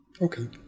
Okay